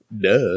duh